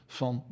van